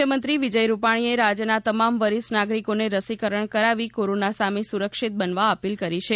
મુખ્યમંત્રી વિજય રૂપાણીએ રાજ્યના તમામ વરિષ્ઠ નાગરિકોને રસીકરણ કરાવી કોરોના સામે સુરક્ષિત બનવા અપીલ કરી છે